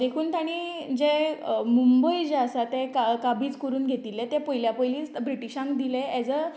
देखून तांणी जे मुंबय जे आसा तें काबीज कोरून घेतिल्लें तें पयल्या पयलींच ब्रिटिशांक दिलें एज अ